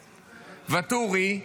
ואטורי,